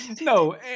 No